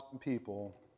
people